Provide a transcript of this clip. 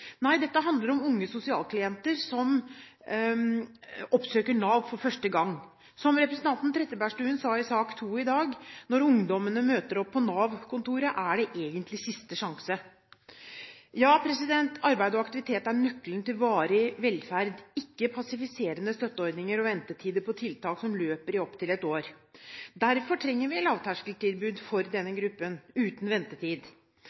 Nei, dette handler om unge sosialklienter som oppsøker Nav for første gang. Som representanten Trettebergstuen sa i sak nr. 2 i dag, når ungdommene møter opp på Nav-kontoret, er det egentlig siste sjanse. Ja, arbeid og aktivitet er nøkkelen til varig velferd, ikke passiviserende støtteordninger og ventetider på tiltak som løper opptil ett år. Derfor trenger vi lavterskeltilbud for denne gruppen – uten ventetid.